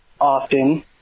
often